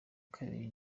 kabiri